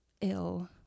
ill